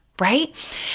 right